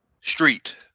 street